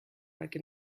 like